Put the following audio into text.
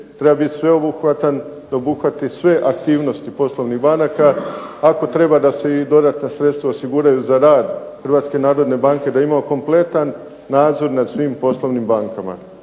treba biti sveobuhvatan da obuhvati sve aktivnosti poslovnih banaka, ako treba da se i dodatna sredstva osiguraju za rad Hrvatske narodne banke, da imamo kompletan nadzor nad svim poslovnim bankama.